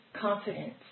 confidence